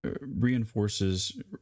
Reinforces